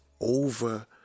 over